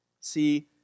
See